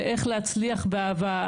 לאיך להצליח באהבה.